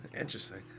Interesting